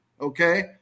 okay